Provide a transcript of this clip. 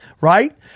right